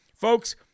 folks